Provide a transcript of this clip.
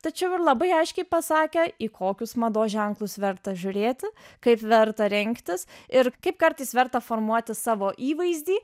tačiau ir labai aiškiai pasakė į kokius mados ženklus verta žiūrėti kaip verta rinktis ir kaip kartais verta formuoti savo įvaizdį